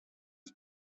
was